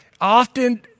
often